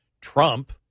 Trump